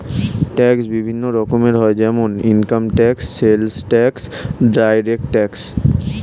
tax বিভিন্ন রকমের হয় যেমন income tax, sales tax, direct tax